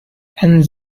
and